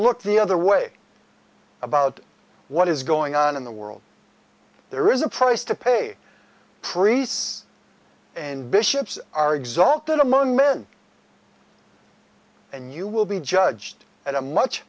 look the other way about what is going on in the world there is a price to pay priests and bishops are exultant among men and you will be judged at a much